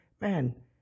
man